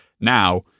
now